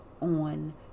on